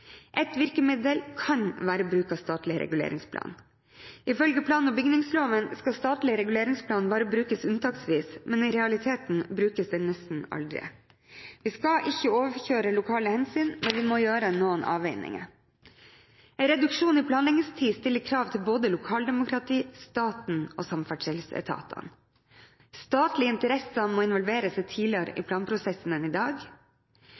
virkemiddel kan være bruk av statlig reguleringsplan. Ifølge plan- og bygningsloven skal statlig reguleringsplan bare brukes unntaksvis, men i realiteten brukes den nesten aldri. Vi skal ikke overkjøre lokale hensyn, men vi må gjøre noen avveininger. En reduksjon i planleggingstid stiller krav til både lokaldemokrati, staten og samferdselsetatene. Statlige interesser må involvere seg tidligere i planprosessen enn i dag.